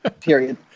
Period